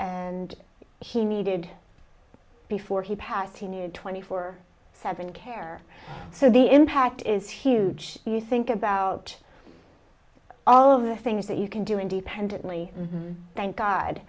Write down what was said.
and he needed before he passed he needed twenty four seven care so the impact is huge you think about all of the things that you can do independently thank god